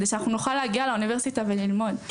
כדי שאנחנו נוכל להגיע לאוניברסיטה וללמוד.